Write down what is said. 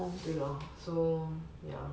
对 lor so ya